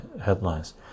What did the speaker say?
headlines